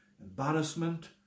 embarrassment